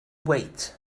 wait